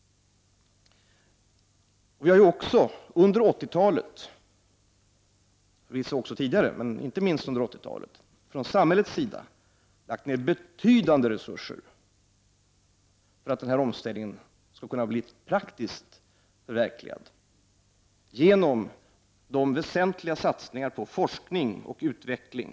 Vi har också under 1980-talet — liksom även tidigare — från samhällets sida lagt ned betydande resurser för att denna omställning skall kunna bli praktiskt förverkligad, genom väsentliga satsningar på forskning och utveckling.